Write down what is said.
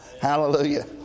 Hallelujah